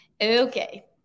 Okay